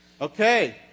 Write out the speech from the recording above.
Okay